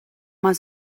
mal